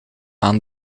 aan